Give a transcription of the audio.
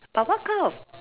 but what kind of